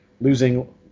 losing